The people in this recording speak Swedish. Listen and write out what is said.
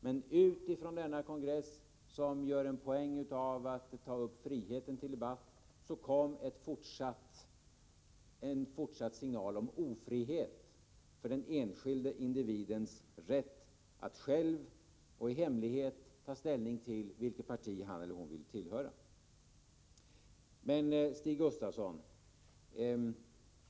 Men från denna kongress — som gjorde en poäng av att ta upp friheten till debatt — kom en signal till fortsatt ofrihet beträffande den enskildes rätt att själv och i hemlighet ta ställning till vilket parti han eller hon vill tillhöra. Stig Gustafsson!